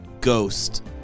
Ghost